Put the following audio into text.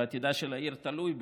ועתידה של העיר תלוי בו,